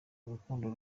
urukundo